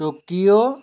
Tokyo